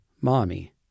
Mommy